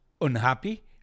unhappy